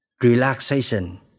relaxation